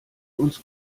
uns